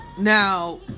now